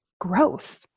growth